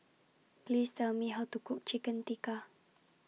Please Tell Me How to Cook Chicken Tikka